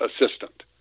assistant